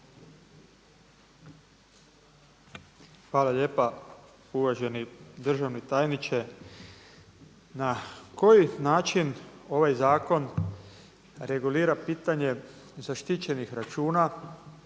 Hvala lijepa uvaženi državni tajniče. Na koji način ovaj zakon regulira pitanje zaštićenih računa.